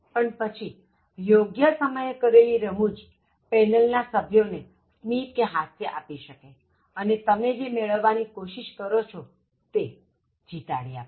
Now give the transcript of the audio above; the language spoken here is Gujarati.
પણ પછીયોગ્ય સમયે કરેલી રમૂજ પેનલના સભ્યોને સ્મિત કે હાસ્ય આપી શકેઅને તે તમે જે મેળવવા ની કોશિષ કરો છો તે જીતાડી આપે